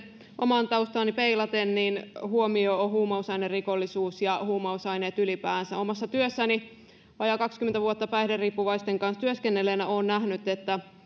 omaan taustaani peilaten huomiota on huumausainerikollisuus ja huumausaineet ylipäänsä omassa työssäni vajaa kaksikymmentä vuotta päihderiippuvaisten kanssa työskennelleenä olen nähnyt että